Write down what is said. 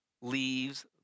leaves